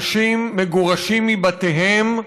אנשים מגורשים מבתיהם,